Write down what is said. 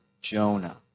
Jonah